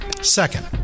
Second